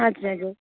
हजुर हजुर